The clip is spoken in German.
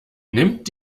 nimmt